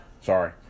Sorry